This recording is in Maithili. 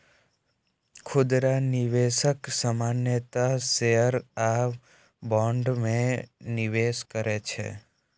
खुदरा निवेशक सामान्यतः शेयर आ बॉन्ड मे निवेश करै छै